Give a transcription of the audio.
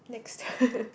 next